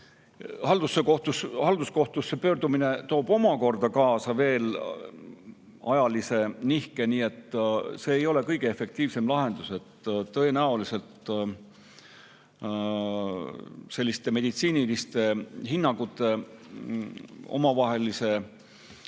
Halduskohtusse pöördumine toob omakorda kaasa ajalise nihke, nii et see ei ole kõige efektiivsem lahendus. Tõenäoliselt peaks selliste meditsiiniliste hinnangute omavahelise